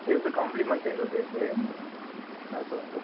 இது வந்து காம்ப்ளிமெண்ட் எங்களுது இது என்னது சொல்லுங்கள் ப்ரோ